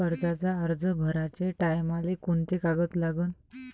कर्जाचा अर्ज भराचे टायमाले कोंते कागद लागन?